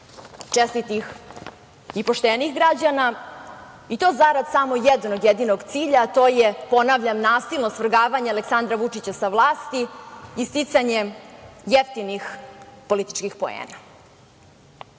čestitih i poštenih građana i to zarad samo jednog, jedinog cilja, a to je, ponavljam, nasilno svrgavanje Aleksandra Vučića sa vlasti i sticanje jeftinih političkih poena. Želim